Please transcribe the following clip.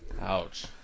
Ouch